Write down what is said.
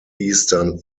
eastern